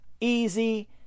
easy